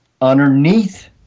underneath